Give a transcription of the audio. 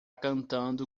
cantando